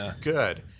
good